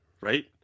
right